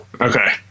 okay